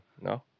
no